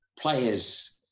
players